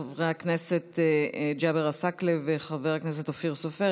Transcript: חבר הכנסת ג'אבר עסאקלה וחבר הכנסת אופיר סופר,